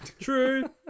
True